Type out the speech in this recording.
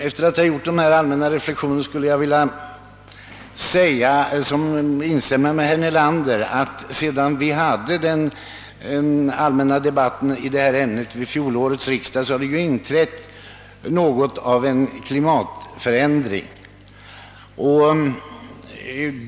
Efter att ha gjort dessa allmänna reflexioner skulle jag vilja instämma i vad herr Nelander nyss sade om att det efter den allmänna debatt i detta ämne som vi hade vid fjolårets riksdag har inträtt något av en klimatförändring.